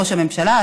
ראש הממשלה,